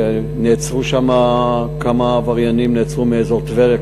נעצרו שם כמה עבריינים מאזור טבריה,